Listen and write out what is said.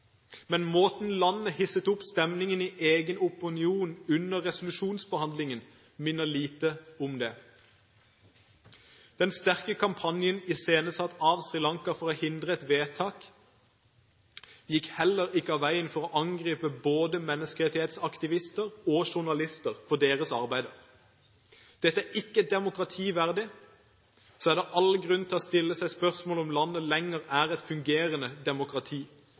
men måten landet hisset opp stemningen på i egen opinion under resolusjonsbehandlingen, minner lite om det. I den sterke kampanjen iscenesatt av Sri Lanka for å hindre et vedtak gikk man heller ikke av veien for å angripe både menneskerettighetsaktivister og journalister for deres arbeid. Dette er ikke et demokrati verdig, så det er all grunn til å stille seg spørsmålet om landet lenger er et